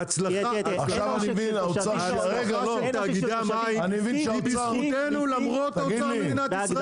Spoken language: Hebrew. ההצלחה של תאגידי המים היא בזכותנו למרות האוצר במדינת ישראל.